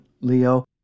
Leo